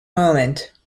moment